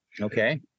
Okay